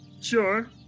Sure